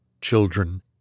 children